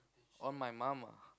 on my mum